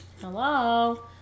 hello